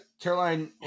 Caroline